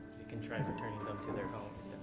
you can try returning them to their homes.